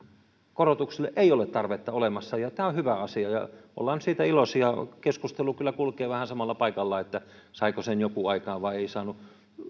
korotukselle ei ole tarvetta olemassa ja tämä on hyvä asia ollaan siitä iloisia keskustelu kyllä kulkee vähän paikallaan siitä saiko sen joku aikaan vai eikö saanut